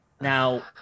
Now